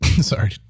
Sorry